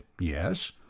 Yes